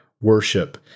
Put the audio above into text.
worship